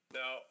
now